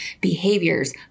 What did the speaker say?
behaviors